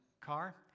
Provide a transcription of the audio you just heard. car